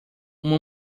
uma